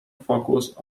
focus